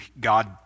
God